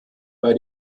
bei